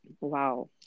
wow